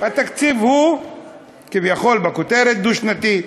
התקציב הוא כביכול בכותרת דו-שנתי.